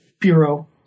Bureau